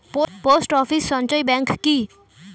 Post office সঞ্চয় bank কি?